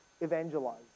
evangelize